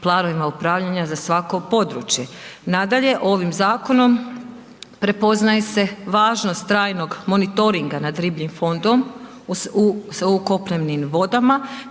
u kopnenim vodama